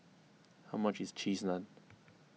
how much is Cheese Naan